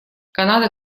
канада